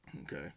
okay